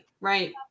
Right